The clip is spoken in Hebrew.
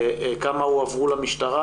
כמה הועברו למשטרה,